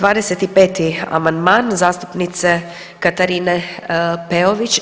25. amandman zastupnice Katarine Peović.